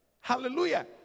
Hallelujah